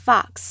Fox 。